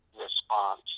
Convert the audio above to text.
response